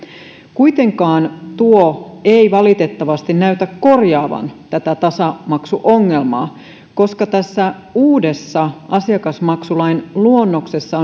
tuo ei kuitenkaan valitettavasti näytä korjaavan tasamaksuongelmaa koska uudessa asiakasmaksulain luonnoksessa